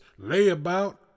layabout